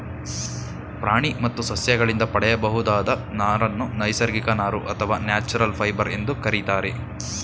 ಪ್ರಾಣಿ ಮತ್ತು ಸಸ್ಯಗಳಿಂದ ಪಡೆಯಬಹುದಾದ ನಾರನ್ನು ನೈಸರ್ಗಿಕ ನಾರು ಅಥವಾ ನ್ಯಾಚುರಲ್ ಫೈಬರ್ ಎಂದು ಕರಿತಾರೆ